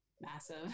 massive